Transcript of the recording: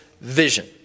vision